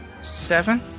Seven